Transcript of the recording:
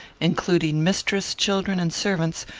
including mistress, children, and servants,